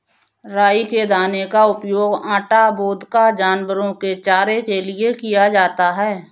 राई के दाने का उपयोग आटा, वोदका, जानवरों के चारे के लिए किया जाता है